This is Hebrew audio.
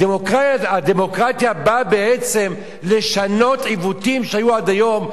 הדמוקרטיה באה בעצם לשנות עיוותים שהיו עד היום,